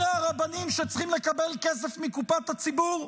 אלה הרבנים שצריכים לקבל כסף מקופת הציבור?